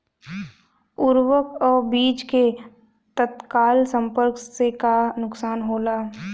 उर्वरक अ बीज के तत्काल संपर्क से का नुकसान होला?